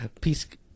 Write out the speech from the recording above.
Peace